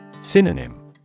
Synonym